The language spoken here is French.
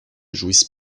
jouissent